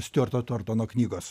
stiuarto tortono knygos